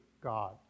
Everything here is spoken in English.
God